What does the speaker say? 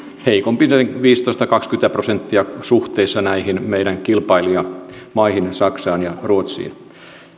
viisitoista viiva kaksikymmentä prosenttia heikompi suhteessa näihin meidän kilpailijamaihimme saksaan ja ruotsiin